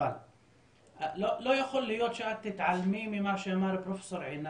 אבל לא יכול להיות שאת תתעלמי ממה שאמר פרופ' עינת,